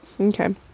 Okay